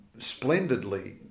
splendidly